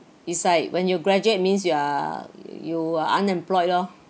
it's like when you graduate means you are you are unemployed lor